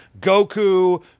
Goku